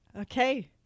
Okay